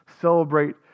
celebrate